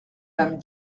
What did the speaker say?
madame